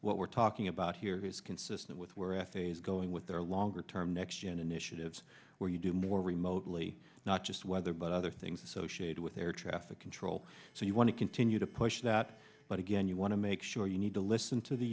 what we're talking about here is consistent with where f is going with their longer term next gen initiatives where you do more remotely not just weather but other things associated with air traffic control so you want to continue to push that but again you want to make sure you need to listen to the